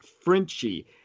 Frenchie